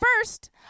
first